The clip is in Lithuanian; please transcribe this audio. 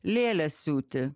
lėles siūti